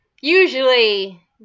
usually